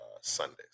Sundays